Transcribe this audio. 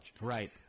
Right